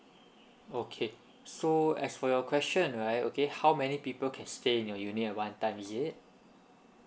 okay so as for your question right okay how many people can stay in your unit at one time is it